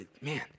man